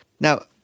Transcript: Now